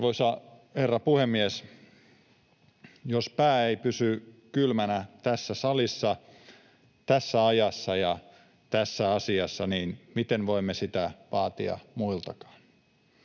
herra puhemies! Jos pää ei pysy kylmänä tässä salissa, tässä ajassa ja tässä asiassa, niin miten voimme sitä vaatia muiltakaan?